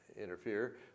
interfere